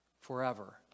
forever